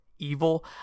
evil